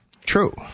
True